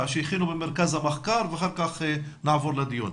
שהכינו במרכז המחקר ואחר כך נעבור לדיון.